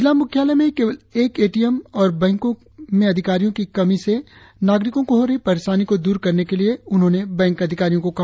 जिला मुख्यालय में केवल एक ए टी एम और बैको में कर्मचारियो की कमी से नागरिको को हो रही परेशानी को दूर करने के लिए बैक अधिकारी को कहा